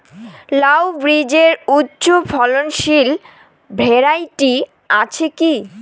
লাউ বীজের উচ্চ ফলনশীল ভ্যারাইটি আছে কী?